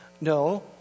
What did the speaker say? No